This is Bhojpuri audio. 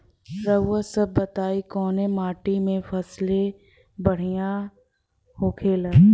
रउआ सभ बताई कवने माटी में फसले सबसे बढ़ियां होखेला?